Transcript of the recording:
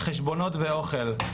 חשבונות ואוכל.